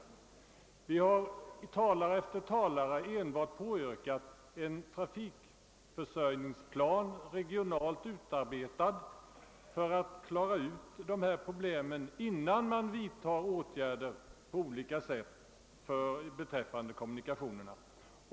I stället har talare efter talare påyrkat en regional trafikförsörjningsplan, utarbetad för att klara problemen innan åtgärder vidtages beträffande kommunikationerna.